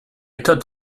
thought